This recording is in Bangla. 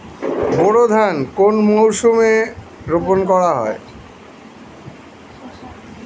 বোরো ধান কোন মরশুমে রোপণ করা হয়?